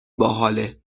باحاله